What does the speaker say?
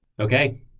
Okay